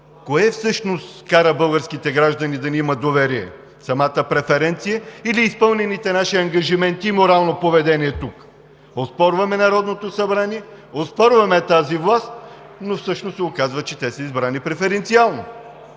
кое всъщност кара българските граждани да ни имат доверие – самата преференция или изпълнените наши ангажименти и морално поведение тук. Оспорваме Народното събрание, оспорваме тази власт, но всъщност се оказва, че те са избрани преференциално.